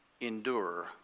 endure